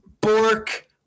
Bork